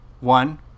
One